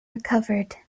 recovered